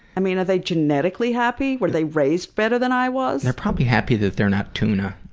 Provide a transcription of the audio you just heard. i mean are they genetically happy? were they raised better than i was? they're probably happy that they're not tuna.